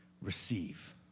Receive